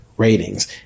Ratings